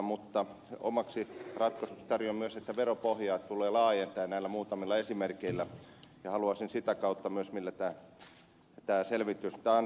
mutta omaksi ratkaisukseni tarjoan myös että veropohjaa tulee laajentaa näillä muutamilla esimerkeillä ja haluaisin sitä kautta myös tämän vaikean tilanteen tulevaisuudessa ratkaistavan